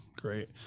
great